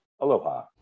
Aloha